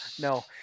no